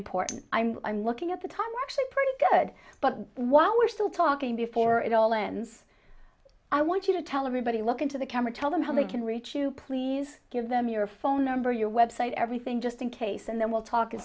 important i'm looking at the time were actually pretty good but while we're still talking before it all ends i want you to tell everybody look into the camera tell them how they can reach you please give them your phone number your website everything just in case and then we'll talk i